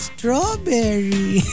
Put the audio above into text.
Strawberry